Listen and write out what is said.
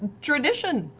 tradition.